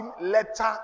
letter